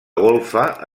golfa